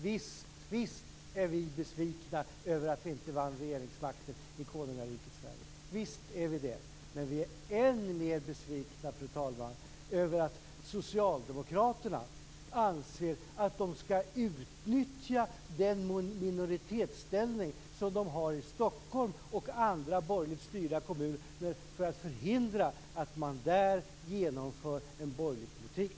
Visst är vi besvikna över att vi inte vann regeringsmakten i konungariket Sverige. Visst är vi det. Men vi är än mer besvikna, fru talman, över att Socialdemokraterna anser att de skall utnyttja den minoritetsställning som de har i Stockholm och i andra borgerligt styrda kommuner för att förhindra att man där genomför en borgerlig politik.